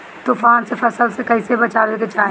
तुफान से फसल के कइसे बचावे के चाहीं?